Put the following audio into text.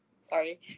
sorry